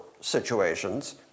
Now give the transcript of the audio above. situations